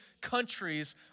countries